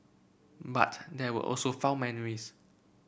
but there were also fond memories